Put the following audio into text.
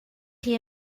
chi